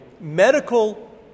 medical